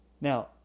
Now